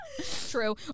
True